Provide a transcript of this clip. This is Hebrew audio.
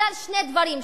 בגלל שני דברים,